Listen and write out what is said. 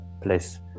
place